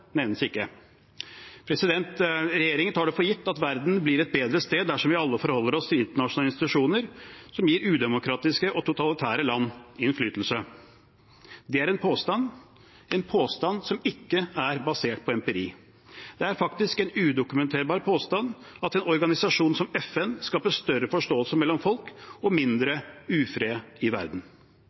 nevnes ikke. Regjeringen tar det for gitt at verden blir et bedre sted dersom vi alle forholder oss til internasjonale institusjoner som gir udemokratiske og totalitære land innflytelse. Det er en påstand, en påstand som ikke er basert på empiri. Det er faktisk en udokumenterbar påstand at en organisasjon som FN skaper større forståelse mellom folk og mindre ufred i verden.